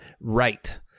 Right